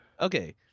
Okay